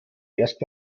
erst